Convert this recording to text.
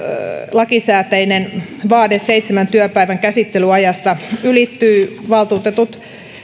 lakisääteinen vaade seitsemän työpäivän käsittelyajasta ylittyy valtuutetut